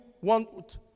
want